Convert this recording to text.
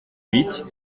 huit